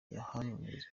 yahamirije